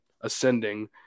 ascending –